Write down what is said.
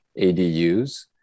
adus